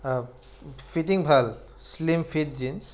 fitting ভাল slim fit jeans